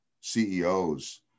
CEOs